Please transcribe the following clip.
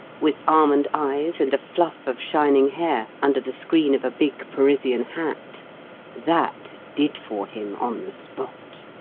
with almond eyes and a fluff of shining hair under the screen of a big parisian hat that did for him on the spot.